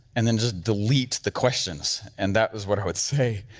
and then just delete the questions, and that was what i would say.